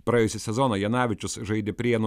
praėjusį sezoną janavičius žaidė prienų